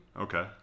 Okay